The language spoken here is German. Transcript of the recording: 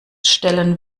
stellen